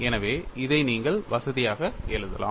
எனவே இதை நீங்கள் வசதியாக எழுதலாம்